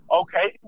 okay